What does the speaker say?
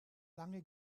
lange